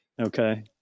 Okay